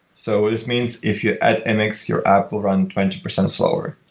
so this means if you add and mx, your app will run twenty percent slower.